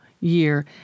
year